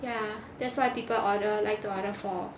ya that's why people order like to order four